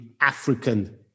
African